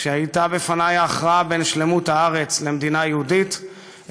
כשהייתה בפני ההכרעה בין שלמות הארץ למדינה יהודית,